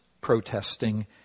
protesting